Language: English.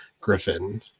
Griffin